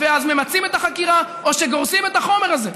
אז ממצים את החקירה או שגורסים את החומר הזה.